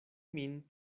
min